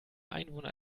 einwohner